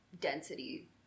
density